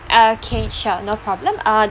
okay sure no problem uh